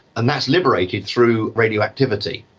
and that's liberated through radioactivity.